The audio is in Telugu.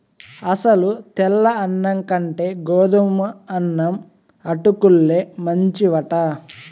అసలు తెల్ల అన్నం కంటే గోధుమన్నం అటుకుల్లే మంచివట